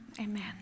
Amen